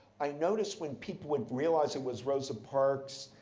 i noticed when people would realize it was rosa parks,